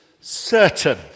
certain